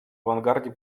авангарде